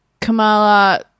Kamala